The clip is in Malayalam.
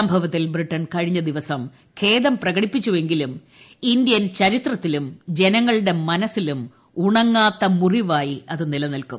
സംഭവത്തിൽ ബ്രിട്ടൺ കഴിഞ്ഞ ദിവസം ഖേദം പ്രകടിപ്പിച്ചുവെങ്കിലും ഇന്ത്യൻ ചരിത്രത്തിലും ജനങ്ങളുടെ മനസ്സിലും ഉണങ്ങാത്ത മുറിവായി അത് നിലനിൽക്കും